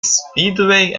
speedway